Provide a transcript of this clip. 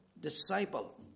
Disciple